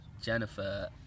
Jennifer